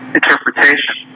interpretation